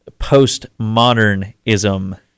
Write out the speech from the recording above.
postmodernism